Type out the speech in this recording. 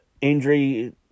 Injury